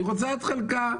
היא רוצה את חלקה.